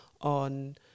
on